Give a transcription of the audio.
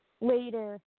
later